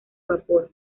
vapor